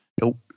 Nope